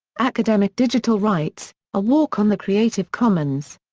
academic digital rights a walk on the creative commons.